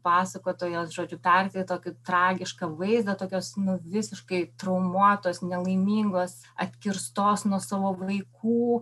pasakotojos žodžiu perduotą kaip tragišką vaizdą tokios nu visiškai traumuotos nelaimingos atkirstos nuo savo vaikų